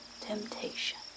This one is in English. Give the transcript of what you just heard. temptation